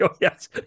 Yes